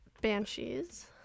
Banshees